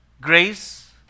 Grace